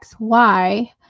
XY